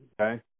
Okay